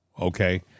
Okay